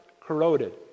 corroded